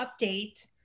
update